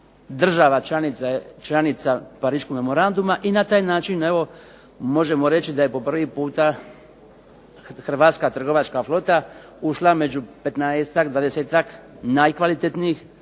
država članica Pariškog memoranduma i na taj način evo možemo reći da je po prvi puta hrvatska trgovačka flota ušla među petnaesta, dvadesetak najkvalitetnijih,